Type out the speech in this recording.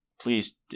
please